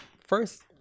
first